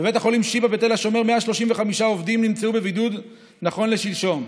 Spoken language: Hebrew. בבית החולים שיבא בתל השומר 135 עובדים נמצאו בבידוד נכון לשלשום,